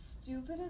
Stupid